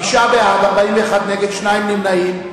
תשעה בעד, 41 נגד, שני נמנעים.